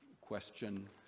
question